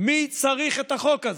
מי צריך את החוק הזה?